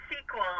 sequel